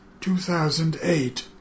2008